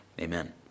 Amen